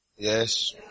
Yes